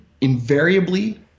invariably